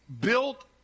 built